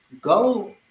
go